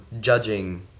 judging